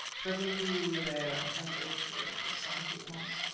presently we were there, and a dreadful sight it was.